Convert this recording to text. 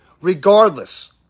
regardless